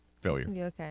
Failure